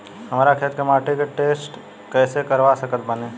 हमरा खेत के माटी के टेस्ट कैसे करवा सकत बानी?